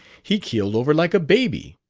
he keeled over like a baby.